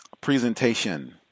presentation